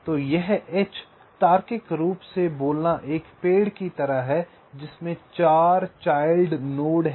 तो यह H तार्किक रूप से बोलना एक पेड़ की तरह है जिसमें 4 चाइल्ड नोड हैं